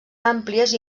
àmplies